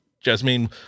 Jasmine